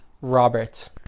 Robert